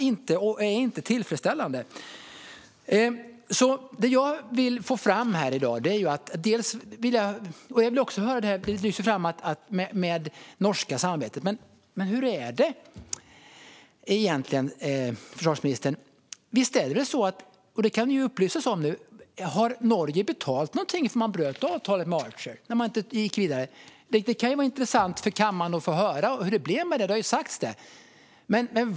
Det är inte tillfredsställande. Det norska samarbetet lyftes fram. Men hur är det egentligen, försvarsministern? Har Norge betalat något för att man bröt avtalet och inte gick vidare med Archer? Det kan vara intressant för kammaren att få höra.